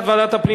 ובכן,